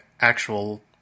actual